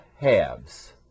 halves